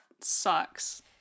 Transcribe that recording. sucks